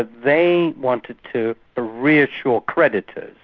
but they wanted to ah reassure creditors.